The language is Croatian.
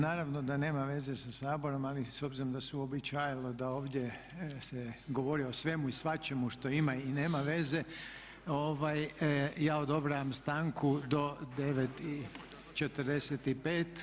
Naravno da nema veze sa Saborom, ali s obzirom da se uobičajilo da ovdje se govori o svemu i svačemu što ima i nema veze ja odobravam stanku do 9,45.